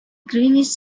greenish